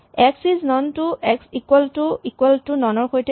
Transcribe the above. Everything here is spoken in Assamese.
x is non to x equal to equal to non ৰ সৈতে একেই